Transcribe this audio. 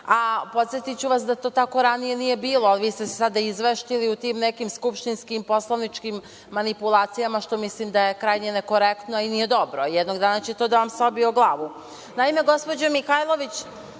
Podsetiću vas da to tako ranije nije bilo, ali vi ste se sada izveštili u tim nekim skupštinskimposlovničkim manipulacijama, što mislim da je krajnje nekorektno i nije dobro, a jednog dana će to da vam se obije o glavu. Naime, gospođo Mihajlović,